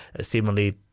seemingly